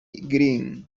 green